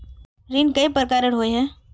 ऋण कई प्रकार होए है?